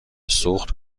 سوخت